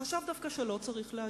חשב דווקא שלא צריך להגיב,